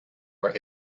were